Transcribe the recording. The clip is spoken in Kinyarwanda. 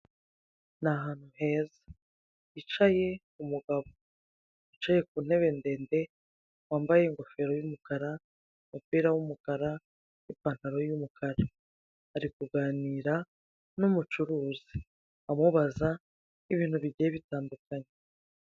Ni ahantu heza hicaye umugabo, wicaye ku ntebe ndende wambaye ingofero y'umukara, umupira w'umukara n'ipantaro y'umukara, ari kuganira n'umucuruzi amubaza ibintu bigiye bitandukanye.